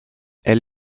elle